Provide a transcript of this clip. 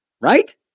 right